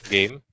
Game